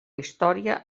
història